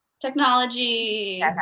Technology